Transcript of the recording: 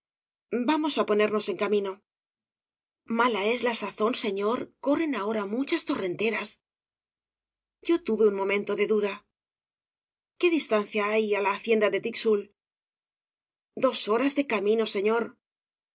vamos á ponernos en camino mala es la sazón señor corren ahora muchas torrenteras t obras de valle inclan yo tuve un momento de duda qué distancia hay á la hacienda de tixul dos horas de camino señor